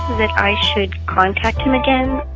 that i should contact him again.